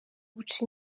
guca